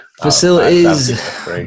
Facilities